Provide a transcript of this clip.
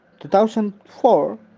2004